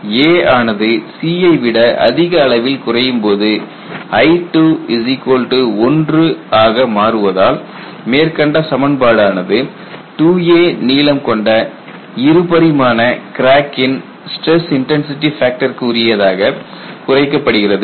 a ஆனது c யை விட அதிக அளவில் குறையும்போது I21 ஆக மாறுவதால் மேற்கண்ட சமன்பாடு ஆனது 2a நீளம் கொண்ட இருபரிமாண கிராக்கின் ஸ்ட்ரெஸ் இன்டன்சிடி ஃபேக்டருக்கு உரியதாக குறைக்கப்படுகிறது